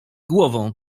głową